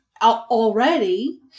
already